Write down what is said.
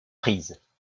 prise